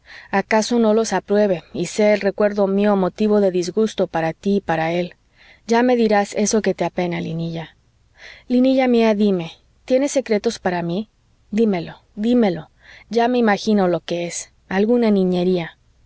acaso no los apruebe y sea el recuerdo mío motivo de disgusto para tí y para él ya me dirás eso que te apena linilla linilla mía dime tienes secretos para mí dímelo dímelo ya me imagino lo que es alguna niñería